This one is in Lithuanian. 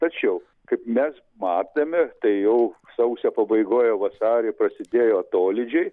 tačiau kaip mes matėme tai jau sausio pabaigoj o vasarį prasidėjo atolydžiai